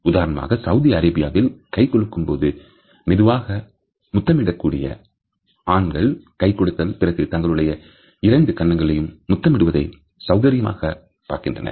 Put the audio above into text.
உதாரணமாக சவுதி அரேபியாவில் கை குலுக்கும் போது மெதுவாக முத்தமிடு கூடிய ஆண்கள் கை கொடுத்த பிறகு தங்களுடைய இரண்டு கன்னங்களையும் முத்தமிடுவதையும் சவுகரியமாக பார்க்கின்றனர்